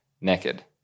naked